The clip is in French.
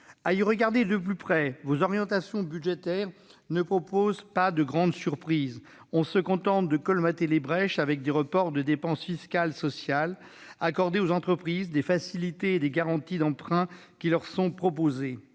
À y regarder de plus près, vos orientations budgétaires n'offrent pas de grandes surprises. On se contente de colmater les brèches avec des reports de dépenses fiscales et sociales accordées aux entreprises, des facilités ou des garanties d'emprunt qui leur sont proposées.